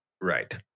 Right